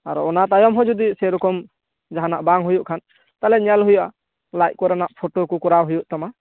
ᱟᱨᱚ ᱚᱱᱟ ᱛᱟᱭᱚᱢ ᱦᱚ ᱡᱚᱫᱤ ᱥᱮᱨᱚᱠᱚᱢ ᱡᱟᱦᱟᱱᱟᱜ ᱵᱟᱝ ᱦᱩᱭᱩᱜ ᱠᱷᱟᱱ ᱛᱟᱦᱚᱞᱮ ᱧᱮᱞ ᱦᱩᱭᱩᱜᱼᱟ ᱞᱟᱡ ᱠᱚᱨᱮᱱᱟᱜ ᱯᱷᱚᱴᱚ ᱠᱚ ᱠᱚᱨᱟᱣ ᱦᱩᱭᱩᱜ ᱛᱟᱢᱟ